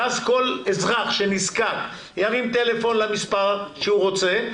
ואז כל אזרח שנזקק ירים טלפון למספר שהוא רוצה,